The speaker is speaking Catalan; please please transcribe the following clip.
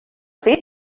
fet